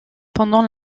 pendant